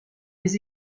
les